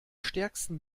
stärksten